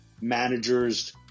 managers